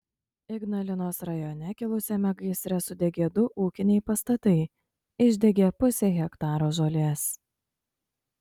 ignalinos rajone kilusiame gaisre sudegė du ūkiniai pastatai išdegė pusė hektaro žolės